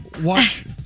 watch